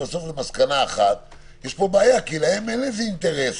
למסקנה אחת - יש פה בעיה כי להם אין אינטרס